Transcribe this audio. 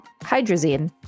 hydrazine